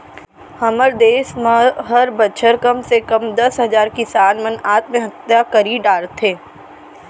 हमर देस म हर बछर कम से कम दस हजार किसान मन आत्महत्या करी डरथे